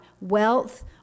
wealth